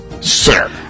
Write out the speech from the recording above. Sir